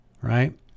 right